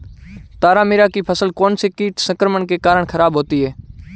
तारामीरा की फसल कौनसे कीट संक्रमण के कारण खराब होती है?